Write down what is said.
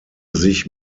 sich